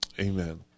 amen